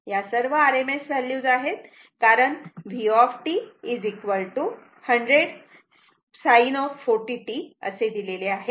या सर्व RMS values आहेत कारण v 100 sin 40 t असे दिलेले आहे